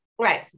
Right